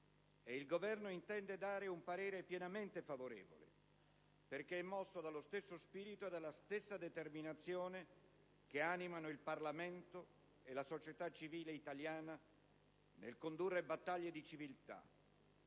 il Governo intende esprimere un parere pienamente favorevole, perché è mosso dallo stesso spirito e dalla stessa determinazione che animano il Parlamento e la società civile italiana nel condurre battaglie di civiltà.